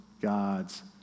God's